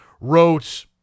wrote